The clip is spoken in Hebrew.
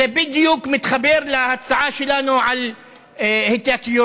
זה בדיוק מתחבר להצעה שלנו על התייקרויות,